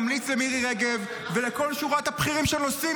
אני ממליץ למירי רגב ולכל שורת הבכירים שנוסעים